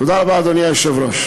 תודה רבה, אדוני היושב-ראש.